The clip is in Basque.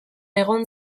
egon